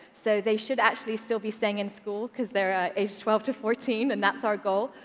so they should actually still be staying in school because they're ah aged twelve to fourteen, and that's our goal.